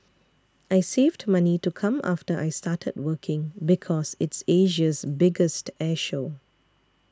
I saved money to come after I started working because it's Asia's biggest air show